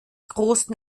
großen